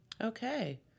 Okay